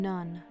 None